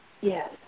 Yes